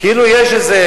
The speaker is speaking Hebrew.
כאילו יש איזה,